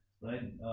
right